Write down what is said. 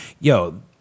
yo